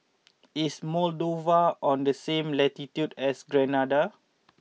is Moldova on the same latitude as Grenada